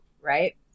Right